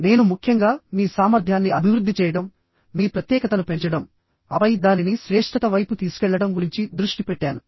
నేను ముఖ్యంగా మీ సామర్థ్యాన్ని అభివృద్ధి చేయడం మీ ప్రత్యేకతను పెంచడం ఆపై దానిని శ్రేష్ఠత వైపు తీసుకెళ్లడం గురించి దృష్టి పెట్టాను